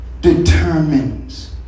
determines